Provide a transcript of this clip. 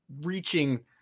reaching